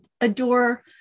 adore